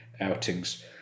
outings